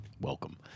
Welcome